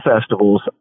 festivals